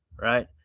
right